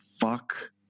fuck